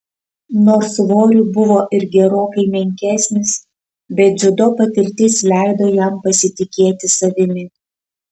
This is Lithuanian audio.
nors svoriu buvo ir gerokai menkesnis bet dziudo patirtis leido jam pasitikėti savimi